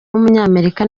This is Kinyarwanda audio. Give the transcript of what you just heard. w’umunyamerika